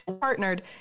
partnered